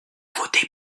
voter